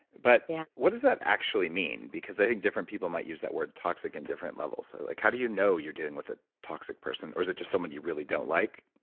but yeah what does that actually mean? because i think different people might use that word toxic in different levels. so like how do you know you're dealing with a toxic person, or is it just someone you really don't like?